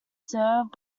served